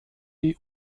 die